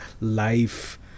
life